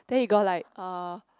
then he got like uh